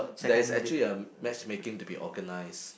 there's actually a matchmaking to be organise